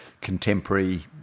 contemporary